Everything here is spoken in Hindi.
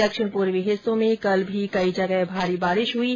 दक्षिण पूर्वी हिस्सों में कल भी कई जगह भारी बारिश हुई है